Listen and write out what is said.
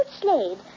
Slade